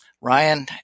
Ryan